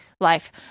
life